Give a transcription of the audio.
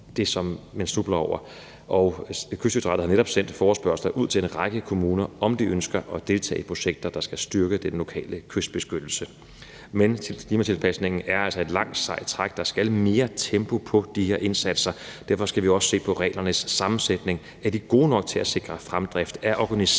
det, som man snubler over. Kystdirektoratet har netop sendt forespørgsler ud til en række kommuner om, om de ønsker at deltage i projekter, der skal styrke den lokale kystbeskyttelse. Men klimatilpasningen er altså et langt sejt træk. Der skal mere tempo på de her indsatser, og derfor skal vi også se på reglernes sammensætning. Er de gode nok til at sikre fremdrift?